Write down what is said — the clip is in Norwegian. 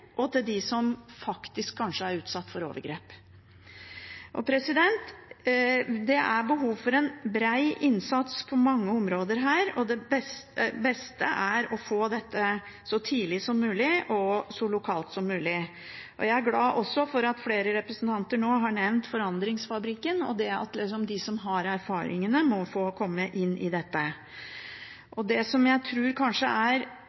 og dem som kanskje er utsatt for overgrep. Det er behov for en bred innsats på mange områder, og det beste er å få dette så tidlig som mulig og så lokalt som mulig. Jeg er også glad for at flere representanter har nevnt Forandringsfabrikken, og at de som har erfaringene, må få komme inn. Det jeg tror kanskje er